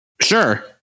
Sure